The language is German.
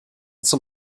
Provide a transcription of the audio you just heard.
zum